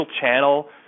channel